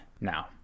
now